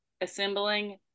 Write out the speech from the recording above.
assembling